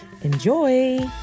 Enjoy